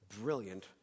Brilliant